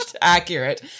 accurate